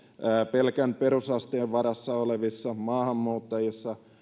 pelkän perusasteen varassa olevissa maahanmuuttajissa